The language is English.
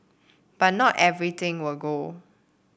but not everything will go